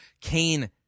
Cain